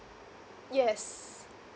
yes